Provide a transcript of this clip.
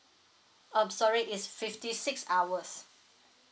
uh sorry is fifty six hours